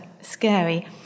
scary